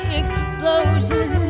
explosion